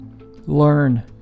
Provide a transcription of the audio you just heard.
Learn